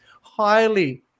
highly